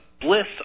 bliss